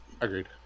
agreed